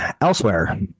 Elsewhere